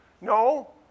No